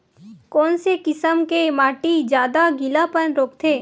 कोन से किसम के माटी ज्यादा गीलापन रोकथे?